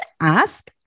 ask